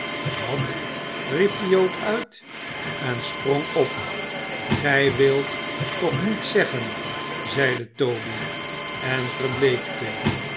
wat riep de jood uit en sprong op gij wilt toch niet zeggen zeide toby en verbleekte